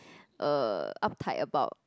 uh uptight about